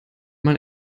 man